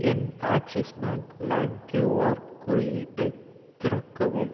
என் Axis bank lime Q குறியீட்டை திறக்கவும்